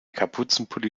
kapuzenpulli